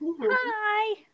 hi